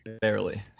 barely